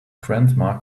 grandma